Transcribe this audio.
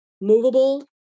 movable